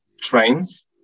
trains